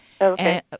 Okay